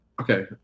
Okay